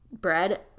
bread